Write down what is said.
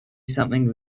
something